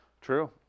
True